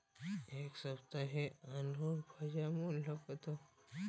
এ সপ্তাহের আলুর বাজার মূল্য কত?